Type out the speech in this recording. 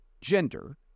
gender